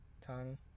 tongue